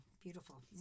Beautiful